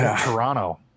Toronto